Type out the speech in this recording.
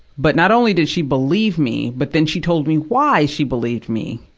but not only did she believe me, but then she told me why she believed me.